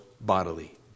bodily